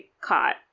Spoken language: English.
caught